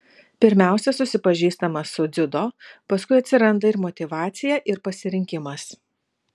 pirmiausia susipažįstama su dziudo paskui atsiranda ir motyvacija ir pasirinkimas